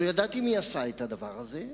לא ידעתי מי עשה את הדבר הזה,